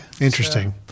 Interesting